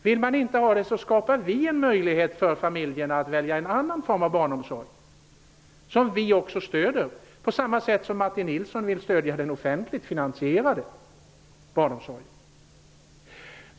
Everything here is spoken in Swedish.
Om man inte vill ha det skapar vi en möjlighet för familjen att välja en annan form av barnomsorg, som vi stödjer på samma sätt som Martin Nilsson vill stödja den offentligt finansierade barnomsorgen.